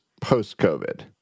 post-COVID